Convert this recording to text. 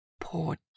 Poor